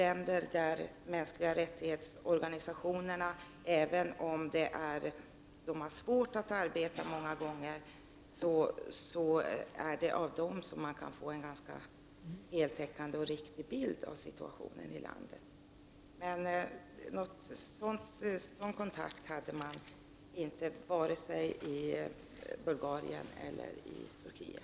Även om dessa organisationer många gånger har svårt att verka i de länder som det gäller, är det dessa som kan ge en riktig och heltäckande bild av situationen. Sådana kontakter togs emellertid inte vare sig i Bulgarien eller i Turkiet.